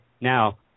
Now